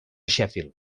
sheffield